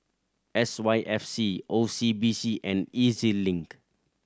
S Y F C O C B C and E Z Link